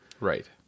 Right